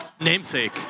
Namesake